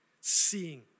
seeing